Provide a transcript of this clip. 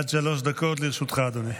אדוני, לרשותך שלוש דקות.